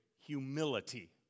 humility